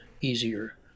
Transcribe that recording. easier